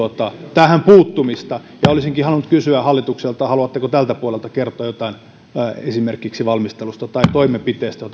tähän puuttumista olisinkin halunnut kysyä hallitukselta haluatteko tältä puolelta kertoa jotain esimerkiksi valmistelusta tai toimenpiteistä